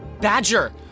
Badger